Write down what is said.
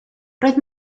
roedd